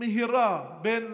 מהירה בין